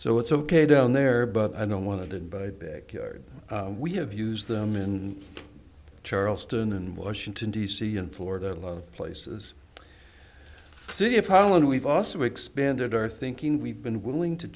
so it's ok down there but i don't want to did but we have used them in charleston and washington d c and florida a lot of places see if harlen we've also expanded our thinking we've been willing to